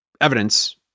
evidence